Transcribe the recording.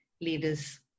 leaders